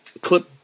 clip